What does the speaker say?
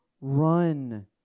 Run